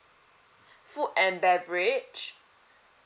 food and beverage